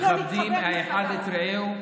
מכבדים אחד את רעהו,